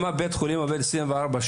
אם בית החולים עובד 24/7,